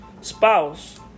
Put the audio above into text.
spouse